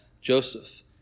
Joseph